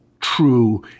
true